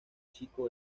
chico